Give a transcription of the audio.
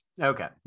okay